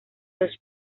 los